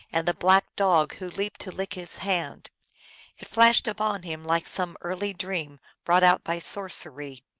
and the black dog who leaped to lick his hand it flashed upon him like some early dream brought out by sorcery.